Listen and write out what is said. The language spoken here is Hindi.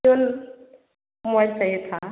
फोन मोबाइल चाहिए था